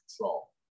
control